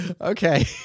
Okay